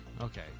Okay